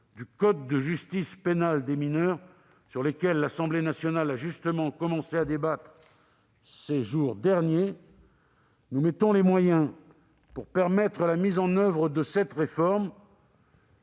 du code de justice pénale des mineurs, sur lequel l'Assemblée nationale a justement commencé à débattre ces jours derniers. Nous mettons les moyens pour permettre la mise en oeuvre de cette réforme